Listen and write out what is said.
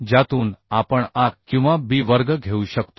ज्यातून आपण A किंवा B वर्ग घेऊ शकतो